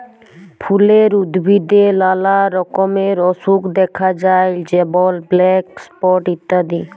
ফুলের উদ্ভিদে লালা রকমের অসুখ দ্যাখা যায় যেমল ব্ল্যাক স্পট ইত্যাদি